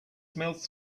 smells